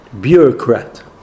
bureaucrat